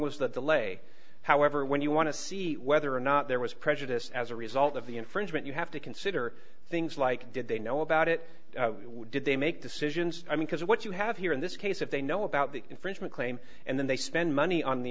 was the delay however when you want to see whether or not there was prejudice as a result of the infringement you have to consider things like did they know about it did they make decisions because what you have here in this case if they know about the infringement claim and then they spend money on the